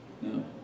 No